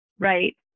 right